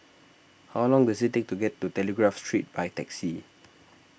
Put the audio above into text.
how long does it take to get to Telegraph Street by taxi